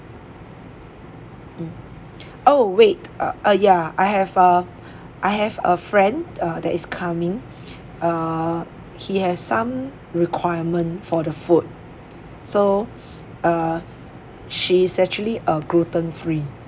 mm oh wait uh uh ya I have a I have a friend uh that is coming err he has some requirement for the food so uh she is actually a gluten free